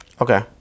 okay